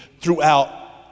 throughout